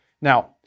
Now